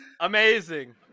Amazing